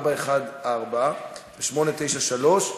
414 ו-893,